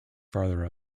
farther